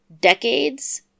decades